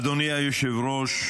אדוני היושב-ראש,